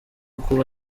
kuba